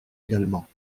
également